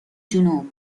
جنوب